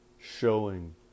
showing